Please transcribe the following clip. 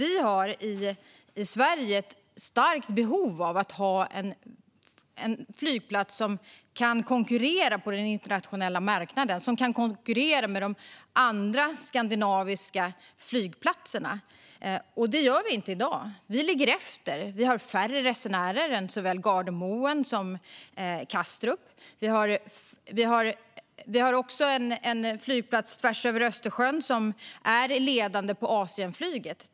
I Sverige har vi ett starkt behov av en flygplats som kan konkurrera på den internationella marknaden och med andra skandinaviska flygplatser. Det gör vi inte i dag. Vi ligger efter. Vi har färre resenärer än såväl Gardermoen som Kastrup. Vi har också en flygplats tvärs över Östersjön som till exempel är ledande på Asienflyget.